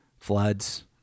floods